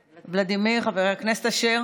19, הוראת שעה),